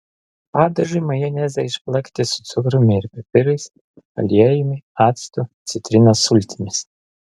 padažui majonezą išplakti su cukrumi ir pipirais aliejumi actu citrinos sultimis